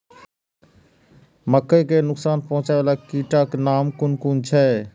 मके के नुकसान पहुँचावे वाला कीटक नाम कुन कुन छै?